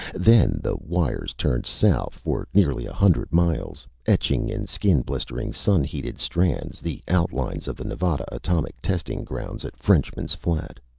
then the wires turned south for nearly a hundred miles, etching in skin-blistering, sun-heated strands, the outlines of the nevada atomic testing grounds at frenchman's flat.